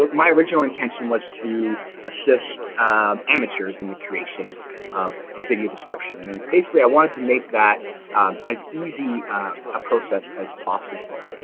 like my original intention was to assist amateurs in the creation of video description, and basically i wanted to make that as easy a process as possible.